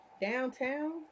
downtown